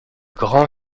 grand